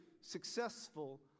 successful